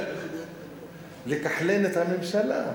לכחלן את הממשלה.